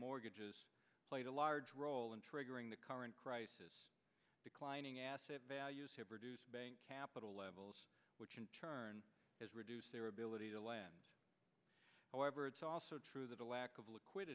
mortgages played a large role in triggering the current crisis declining asset values have reduced bank capital levels which in turn has reduced their ability to lannes however it's also true that a lack of liquid